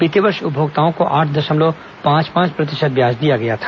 बीते वर्ष उपभोक्ताओं को आठ दशमलव पांच पांच प्रतिशत ब्याज दिया गया था